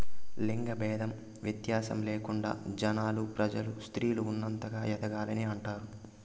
లింగ భేదం వ్యత్యాసం లేకుండా జనాలు ప్రజలు స్త్రీలు ఉన్నతంగా ఎదగాలని అంటారు